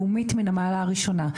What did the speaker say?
לאומית מן המעלה הראשונה.